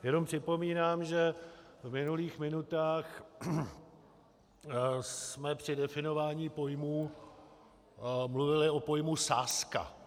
Jen připomínám, že v minulých minutách jsme při definování pojmů mluvili o pojmu sázka.